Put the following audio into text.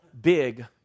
big